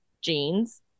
jeans